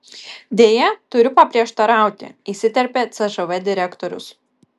deja turiu paprieštarauti įsiterpė cžv direktorius